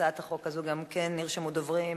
להצעת החוק הזאת גם כן נרשמו דוברים.